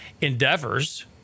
endeavors